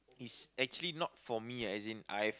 is actually not for me ah as in I've